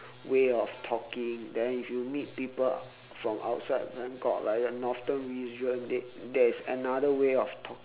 way of talking then if you meet people from outside then got like the northern region they there is another way of talking